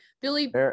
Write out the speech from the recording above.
Billy